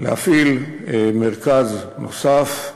להפעיל מרכז נוסף,